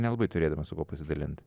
nelabai turėdama su kuo pasidalinti